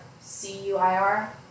c-u-i-r